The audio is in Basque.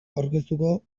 aurkeztuko